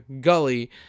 gully